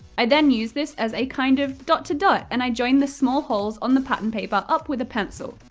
i then used this as a kind of dot-to-dot, and i joined the small holes on the pattern paper up with a pencil.